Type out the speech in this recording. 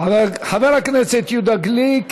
חבר הכנסת יהודה גליק.